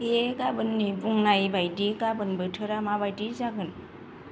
ऐ गाबोननि बुंनाय बायदि गाबोन बोथोरा माबायदि जागोन